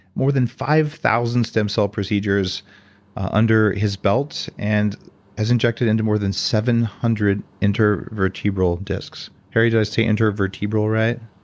more than five thousand stem cell procedures under his belt and has injected into more than seven hundred intervertebral disks. harry did i say intervertebral right?